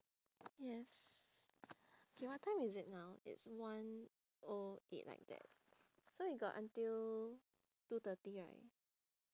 yes okay what time is it now it's one O eight like that so we got until two thirty right